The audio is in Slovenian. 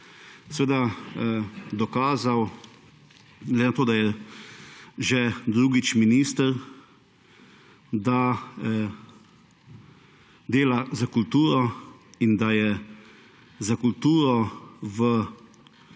glede na to, da je že drugič minister, da dela za kulturo in da je za kulturo v